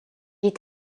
est